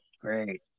great